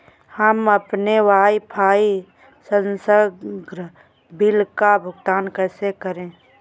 हम अपने वाईफाई संसर्ग बिल का भुगतान कैसे करें?